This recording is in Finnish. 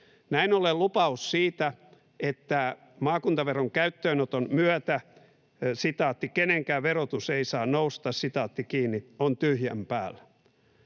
Näin ollen lupaus siitä, että maakuntaveron käyttöönoton myötä ”kenenkään verotus ei saa nousta”, on tyhjän päällä.